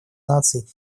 наций